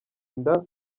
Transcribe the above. inda